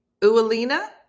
Ualina